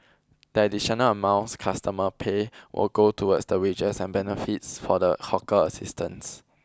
the additional amounts customers pay will go towards the wages and benefits for the hawker assistants